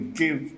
give